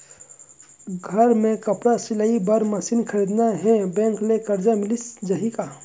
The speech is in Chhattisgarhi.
घर मे कपड़ा सिलाई बार मशीन खरीदना हे बैंक ले करजा मिलिस जाही का?